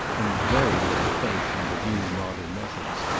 and very little faith in the new modern methods.